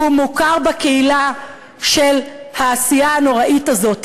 הוא מוכר בקהילה של העשייה הנוראית הזאת.